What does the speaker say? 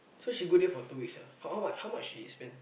so she got there for two weeks ah how how much she spent